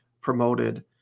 promoted